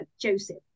Joseph